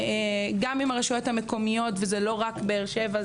גם לפגוש את הרשויות המקומיות וזו לא רק באר שבע,